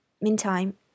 Meantime